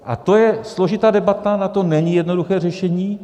A to je složitá debata, na to není jednoduché řešení.